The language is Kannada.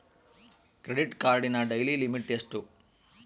ಕ್ರೆಡಿಟ್ ಕಾರ್ಡಿನ ಡೈಲಿ ಲಿಮಿಟ್ ಎಷ್ಟು?